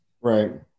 Right